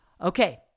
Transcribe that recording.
Okay